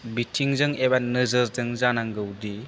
बिथिंजों एबा नोजोरजों जानांगौदि